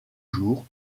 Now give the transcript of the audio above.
jours